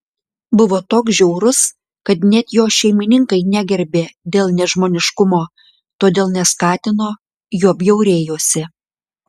buvo toks žiaurus kad net jo šeimininkai negerbė dėl nežmoniškumo todėl neskatino juo bjaurėjosi